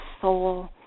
Soul